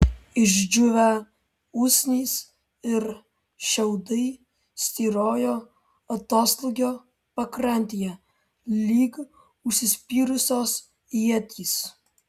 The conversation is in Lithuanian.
išdžiūvę usnys ir šiaudai styrojo atoslūgio pakrantėje lyg užsispyrusios ietys